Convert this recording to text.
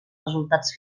resultats